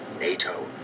NATO